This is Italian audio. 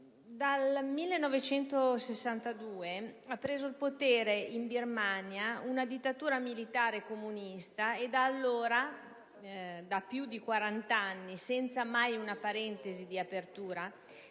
nel 1962 ha preso il potere in Birmania una dittatura militare comunista e da allora, da più di 40 anni, senza mai una parentesi di apertura,